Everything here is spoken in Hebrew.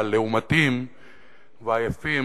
הלעומתיים והיפים,